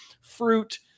fruit